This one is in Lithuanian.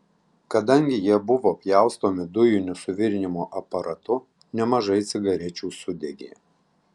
kadangi jie buvo pjaustomi dujiniu suvirinimo aparatu nemažai cigarečių sudegė